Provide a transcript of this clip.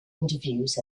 interviews